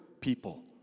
people